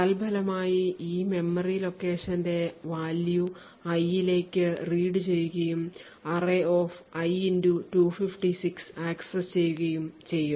തൽഫലമായി ഈ മെമ്മറി ലൊക്കേഷന്റെ value i ലേക്ക് read ചെയ്യുകയും arrayi 256 ആക്സസ് ചെയ്യുകയും ചെയ്യും